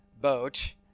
boat